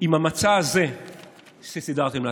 עם המצע הזה שסידרתם לעצמכם.